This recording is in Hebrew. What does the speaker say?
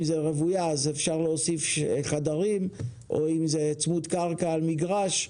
אם מדובר בבנייה רוויה אז אפשר להוסיף חדרים ואם זה צמוד קרקע על מגרש,